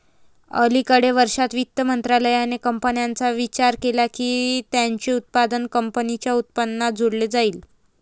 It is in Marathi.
अलिकडे वर्षांत, वित्त मंत्रालयाने कंपन्यांचा विचार केला की त्यांचे उत्पन्न कंपनीच्या उत्पन्नात जोडले जाईल